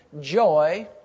joy